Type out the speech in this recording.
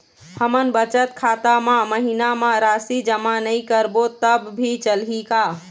हमन बचत खाता मा महीना मा राशि जमा नई करबो तब भी चलही का?